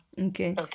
Okay